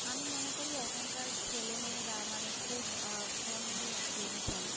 আমি মনে করি এখনকার ছেলে মেয়েরা মানে খুব ফোনে গেম খেলে